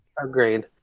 Agreed